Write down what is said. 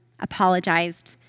Apologized